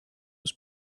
was